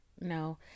no